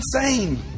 Insane